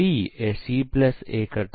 હવે ચાલો V life cycle model જોઈએ